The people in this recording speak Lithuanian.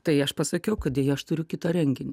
tai aš pasakiau kad aš turiu kitą renginį